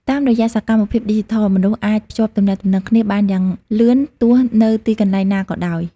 តាមរយៈសកម្មភាពឌីជីថល មនុស្សអាចភ្ជាប់ទំនាក់ទំនងគ្នាបានយ៉ាងលឿនទោះនៅទីកន្លែងណាក៏ដោយ។